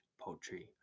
poultry